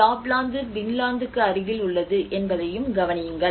லாப்லாந்து பின்லாந்துக்கு அருகில் உள்ளது என்பதையும் கவனியுங்கள்